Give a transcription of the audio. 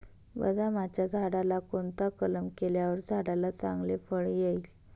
बदामाच्या झाडाला कोणता कलम केल्यावर झाडाला चांगले फळ येईल?